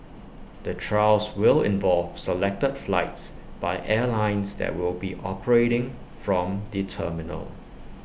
the trials will involve selected flights by airlines that will be operating from the terminal